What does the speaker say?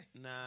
Nah